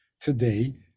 today